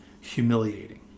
humiliating